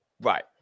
Right